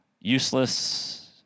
useless